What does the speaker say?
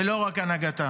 ולא רק הנהגתה.